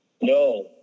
No